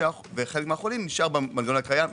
וחלק מהחולים נשאר במנגנון הקיים.